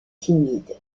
timide